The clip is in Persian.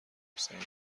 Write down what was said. حسینی